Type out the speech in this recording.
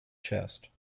chest